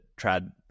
Trad